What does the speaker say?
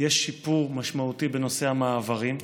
יש שיפור משמעותי בנושא המעברים.